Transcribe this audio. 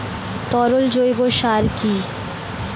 তরল জৈব সার কি?